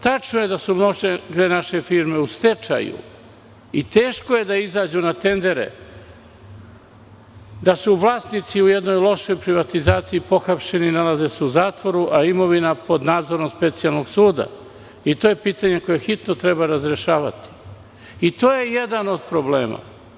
Tačno je da su dve naše firme u stečaju i teško je da izađu na tendere, da su vlasnici u jednoj lošoj privatizaciji pohapšeni i nalaze se u zatvoru, a imovina pod nadzorom Specijalnog suda i to je pitanje koje hitno treba razrešavati i to je jedan od problema.